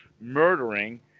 murdering